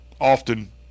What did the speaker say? often